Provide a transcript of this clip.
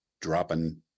dropping